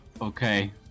Okay